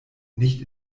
nicht